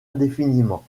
indéfiniment